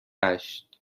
هشت